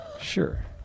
Sure